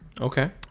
okay